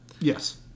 Yes